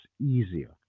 easier